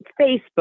facebook